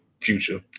future